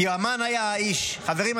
"כי אומן היה האיש" חברים,